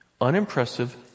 unimpressive